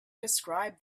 described